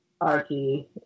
Archie